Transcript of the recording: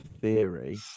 theory